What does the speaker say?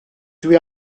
dwi